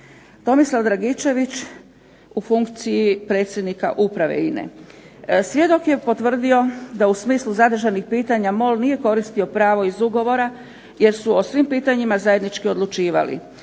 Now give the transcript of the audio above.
Tomislav Dragičević u funkciji predsjednika Uprave INA-e. Svjedok je potvrdio da u smislu zadržanih pitanja MOL nije koristio pravo iz ugovora jer su o svim pitanjima zajednički odlučivali.